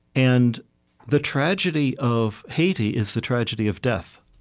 and the tragedy of haiti is the tragedy of death.